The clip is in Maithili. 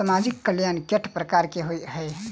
सामाजिक कल्याण केट प्रकार केँ होइ है?